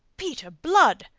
peter blood!